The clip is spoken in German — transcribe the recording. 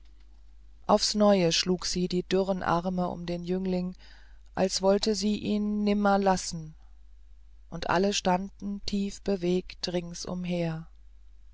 aufs neue schlug sie die dürren arme um den jüngling als wolle sie ihn nimmer lassen und alle standen tiefbewegt ringsumher